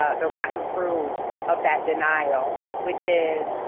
ah the rotten fruit of that denial, which is